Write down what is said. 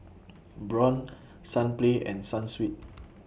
Braun Sunplay and Sunsweet